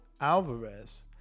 Alvarez